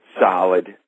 solid